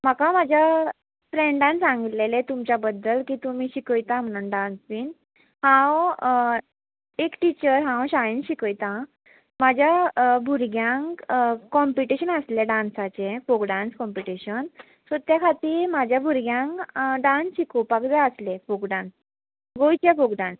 म्हाका म्हाज्या फ्रेंडान सांगलेलें तुमच्या बद्दल की तुमी शिकयता म्हणून डांस बीन हांव एक टिचर हांव शाळेन शिकयतां म्हाज्या भुरग्यांक कॉम्पिटीशन आसलें डांसाचें फोक डांस कॉम्पिटिशन सो ते खातीर म्हज्या भुरग्यांक डांस शिकोवपाक जाय आसले फोक डांस गोंयचे फोक डांस